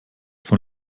von